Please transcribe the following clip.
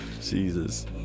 Jesus